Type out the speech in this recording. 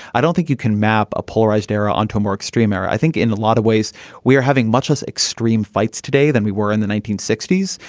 i don't think you can map a polarized era onto a more extreme area. i think in a lot of ways we are having much less extreme fights today than we were in the nineteen sixty s,